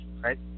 right